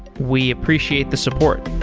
we appreciate the support